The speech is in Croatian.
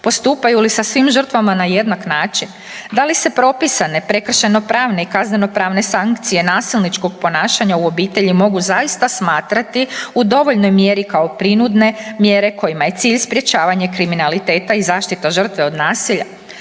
Postupaju li sa svim žrtvama na jednak način? Da li se propisane prekršajno pravne i kaznenopravne sankcije nasilničkog ponašanja u obitelji mogu zaista smatrati u dovoljnoj mjeri kao prinudne mjere kojima je cilj sprečavanje kriminaliteta i zaštita žrtve od nasilja?